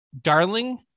Darling